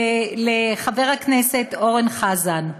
לחבר הכנסת אורן חזן,